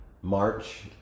March